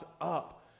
up